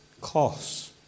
costs